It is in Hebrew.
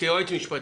כיועץ משפטי: